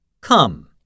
Come